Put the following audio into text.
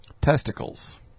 Testicles